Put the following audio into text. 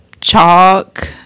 Chalk